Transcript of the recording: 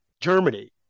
Germany